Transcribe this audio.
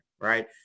right